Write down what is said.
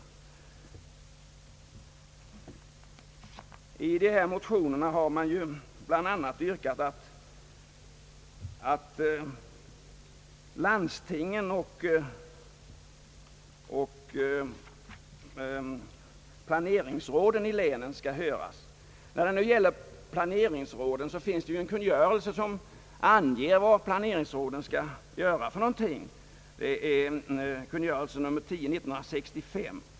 I motionerna har också yrkats att landstingen och planeringsråden i länen skall höras i dessa ärenden. När det gäller planeringsråden finns det en Ang. järnvägspolitiken m.m. kungörelse som anger vad de skall göra. Det är kungörelsen nr 10:1965.